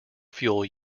fuel